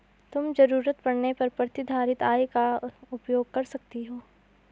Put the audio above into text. तुम ज़रूरत पड़ने पर प्रतिधारित आय का उपयोग कर सकती हो